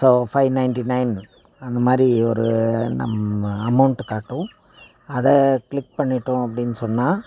so five ninety nine அந்த மாதிரி ஒரு நம்ம அமௌண்ட்டை கட்டவும் அதை க்ளிக் பண்ணிவிட்டோம் அப்படின்னு சொன்னா